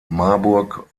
marburg